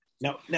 Now